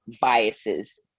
biases